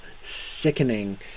sickening